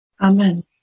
Amen